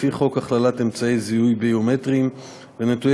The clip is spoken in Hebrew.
לפי חוק הכללת אמצעי זיהוי ביומטריים ונתוני